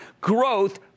growth